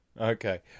Okay